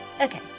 Okay